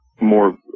more